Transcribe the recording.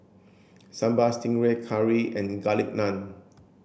sambal stingray curry and garlic naan